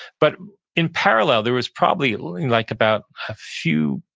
but in parallel there was probably like about a few,